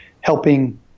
helping